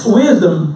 wisdom